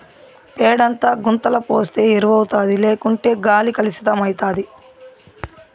పేడంతా గుంతల పోస్తే ఎరువౌతాది లేకుంటే గాలి కలుసితమైతాది